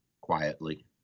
quietly